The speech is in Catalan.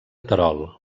terol